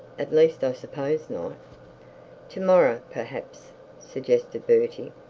at least i suppose not to-morrow perhaps suggested bertie.